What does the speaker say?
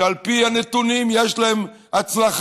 שעל פי הנתונים יש להן הצלחה,